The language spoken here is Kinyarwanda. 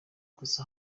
gusa